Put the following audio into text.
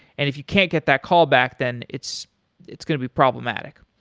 if you can't get that callback, then it's it's going to be problematic